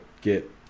get